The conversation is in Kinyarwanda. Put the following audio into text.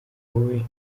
wowe